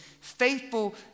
faithful